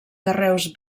carreus